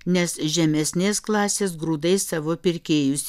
nes žemesnės klasės grūdai savo pirkėjus